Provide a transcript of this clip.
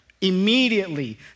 Immediately